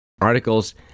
Articles